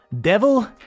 Devil